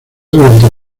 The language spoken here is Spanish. durante